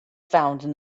found